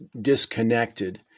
disconnected